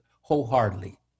wholeheartedly